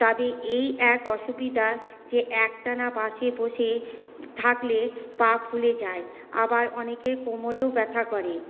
তবে এই এক অসুবিধা যে একটানা বাসে বসে থাকলে পা ফুলে যায় আবার অনেকের কোমরেও ব্যথা করে